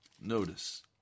Notice